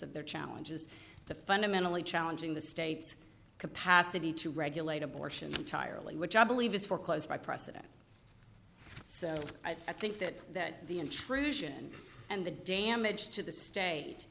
of their challenges the fundamentally challenging the state's capacity to regulate abortion entirely which i believe is foreclosed by president so i think that that the intrusion and the damage to the state